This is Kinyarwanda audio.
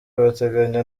bateganya